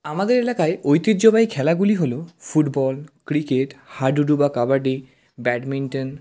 আমাদের এলাকায় ঐতিহ্যবাহী খেলাগুলি হলো ফুটবল ক্রিকেট হাডুডু বা কাবাডি ব্যাডমিন্টন